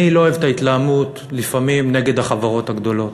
אני לא אוהב את ההתלהמות לפעמים נגד החברות הגדולות.